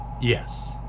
Yes